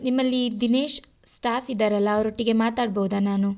ನಿಮ್ಮಲ್ಲಿ ದಿನೇಶ್ ಸ್ಟಾಫ್ ಇದ್ದಾರಲ್ಲ ಅವರೊಟ್ಟಿಗೆ ಮಾತಾಡ್ಬೋದಾ ನಾನು